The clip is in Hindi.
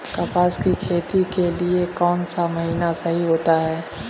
कपास की खेती के लिए कौन सा महीना सही होता है?